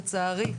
לצערי,